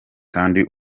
kandi